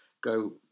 go